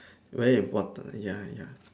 very important ya ya